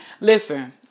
Listen